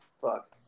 fuck